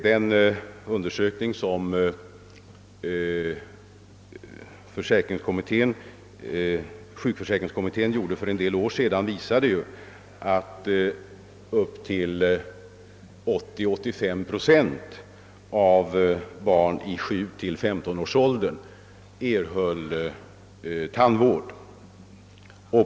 Den undersökning som gjordes av sjukförsäkringskommittén för en del år sedan visade ju att upp till 80— 85 procent av barnen i 7—15-årsåldern erhöll tandvård.